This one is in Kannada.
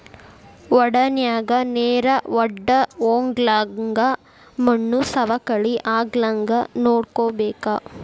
ವಡನ್ಯಾಗ ನೇರ ವಡ್ದಹೊಗ್ಲಂಗ ಮಣ್ಣು ಸವಕಳಿ ಆಗ್ಲಂಗ ನೋಡ್ಕೋಬೇಕ